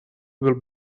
will